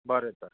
आ बरें तर